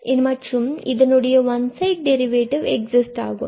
மற்றும் இதனுடைய one side derivative exist ஆகும்